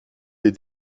des